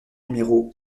numéro